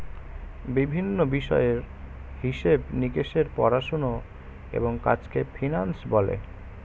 বিভিন্ন বিষয়ের হিসেব নিকেশের পড়াশোনা এবং কাজকে ফিন্যান্স বলে